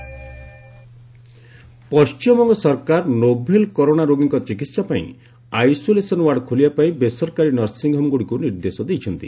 WB corona Paschimbanga ସରକାର novel corona ରୋଗୀଙ୍କ ଚିକିହାପାଇଁ ଆଇସୋଲେସନ୍ ୱାର୍ଡ଼ ଖୋଲିବାପାଇଁ ବେସରକାରୀ ନର୍ସିଂ ହୋମ୍ଗୁଡ଼ିକୁ ନିର୍ଦ୍ଦେଶ ଦେଇଛନ୍ତି